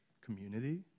community